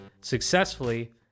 successfully